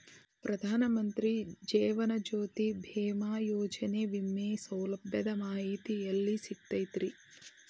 ಪ್ರಧಾನ ಮಂತ್ರಿ ಜೇವನ ಜ್ಯೋತಿ ಭೇಮಾಯೋಜನೆ ವಿಮೆ ಸೌಲಭ್ಯದ ಮಾಹಿತಿ ಎಲ್ಲಿ ಸಿಗತೈತ್ರಿ?